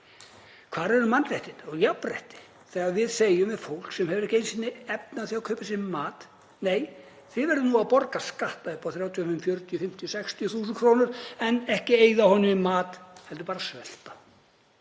Hvar eru mannréttindi og jafnrétti þegar við segjum við fólk sem hefur ekki einu sinni efni á því að kaupa sér mat: Nei, þið verðið að borga skatta upp á 35, 40, 50, 60.000 kr. en ekki eyða peningunum í mat heldur bara svelta?